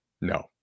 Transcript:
No